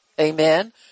Amen